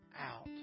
out